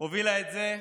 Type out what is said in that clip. הובילה את זה,